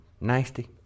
nasty